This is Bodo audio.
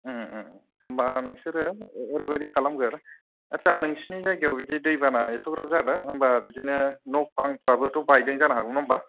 होनबा नोंसोरो ओरैबायदि खालामग्रो आत्सा नोंसिनि जायगायाव बिदि दैबाना एथ'ग्राब जादों होनबा बिदिनो न' बांफ्राबोथ' बायदों जानो हागौ नङा होनबा